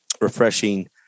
refreshing